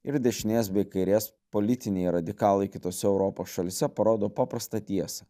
ir dešinės bei kairės politiniai radikalai kitose europos šalyse parodo paprastą tiesą